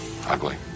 ugly